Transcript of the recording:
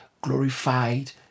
glorified